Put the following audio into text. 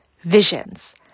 visions